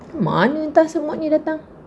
dari mana entah semut ni datang